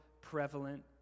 prevalent